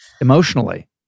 emotionally